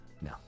No